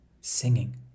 singing